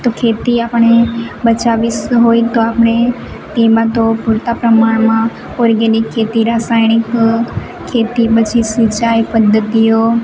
તો ખેતી આપણે બચાવી હોય તો આપણે તેમાં તો પૂરતા પ્રમાણમાં ઓર્ગેનિક ખેતી રાસાયણિક ખેતી પછી સિંચાઈ પદ્ધતિઓ